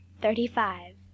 thirty-five